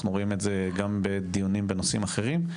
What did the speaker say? אנחנו רואים את זה גם בדיונים בנושאים אחרים,